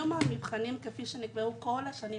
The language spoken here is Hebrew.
התבחינים היום, כפי שנקבעו במשך כל השנים